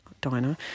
Diner